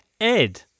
Ed